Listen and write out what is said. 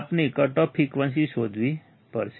આપણે cut off frequency શોધવી પડશે